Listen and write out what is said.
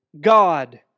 God